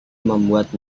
membuat